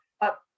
up